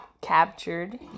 captured